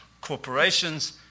corporations